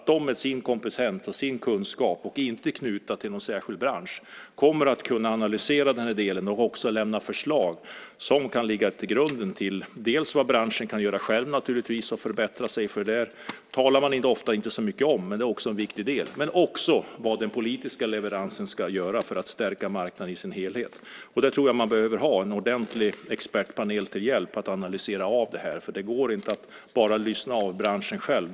De kommer med sin kompetens och sin kunskap och genom att de inte är knutna till någon särskild bransch att kunna analysera den här delen och också lämna förslag som kan ligga till grund för dels vad branschen kan göra själv för att förbättra sig - det talar man ofta inte så mycket om, men det är också en viktig del - dels vad den politiska leveransen ska innehålla för att stärka marknaden i sin helhet. Jag tror att man behöver ha en ordentlig expertpanel till hjälp att analysera det här. Det går inte att bara lyssna av branschen själv.